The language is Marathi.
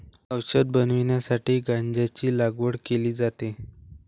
औषध बनवण्यासाठी गांजाची लागवड केली जाते